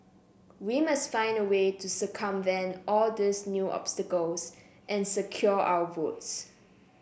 we must find a way to circumvent all these new obstacles and secure our votes